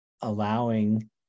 allowing